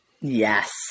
Yes